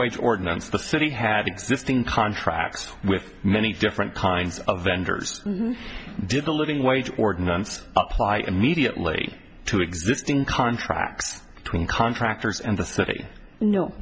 wage ordinance the city had existing contracts with many different kinds of vendors did a living wage ordinance apply immediately to existing contracts between contractors and the city